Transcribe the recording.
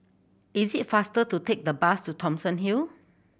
is it faster to take the bus to Thomson Hill